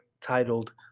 titled